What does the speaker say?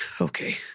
okay